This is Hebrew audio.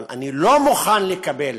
אבל אני לא מוכן לקבל